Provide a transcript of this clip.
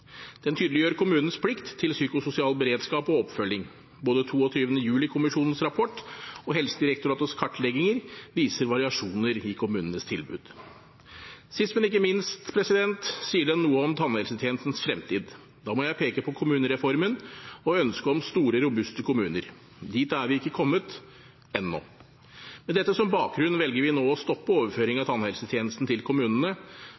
Den tydeliggjør kommunenes plikt til psykososial beredskap og oppfølging. Både 22. juli-kommisjonens rapport og Helsedirektoratets kartlegginger viser variasjoner i kommunenes tilbud. Sist, men ikke minst sier den noe om tannhelsetjenestens fremtid. Da må jeg peke på kommunereformen og ønsket om store, robuste kommuner. Dit er vi ikke kommet – ennå. Med dette som bakgrunn velger vi nå å stoppe overføring av tannhelsetjenesten til kommunene,